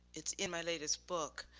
it's in my latest book,